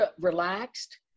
relaxed